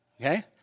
Okay